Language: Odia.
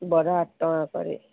ବରା ଆଠ ଟଙ୍କା କରେ